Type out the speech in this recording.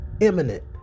imminent